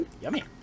Yummy